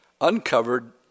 uncovered